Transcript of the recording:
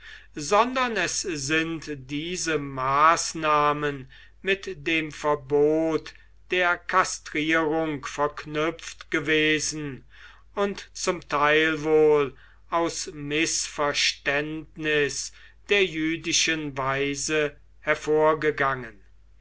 sondern es sind diese maßnahmen mit dem verbot der kastrierung verknüpft gewesen und zum teil wohl aus mißverständnis der jüdischen weise hervorgegangen